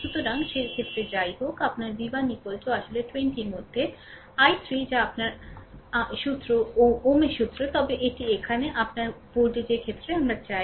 সুতরাং সে ক্ষেত্রে যাইহোক আপনার v1 আসলে 20 এর মধ্যে I3 যা আপনার ওহমের সুত্র তবে এটি এখানে আপনার ভোল্টেজের ক্ষেত্রে আমরা চাই